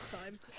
time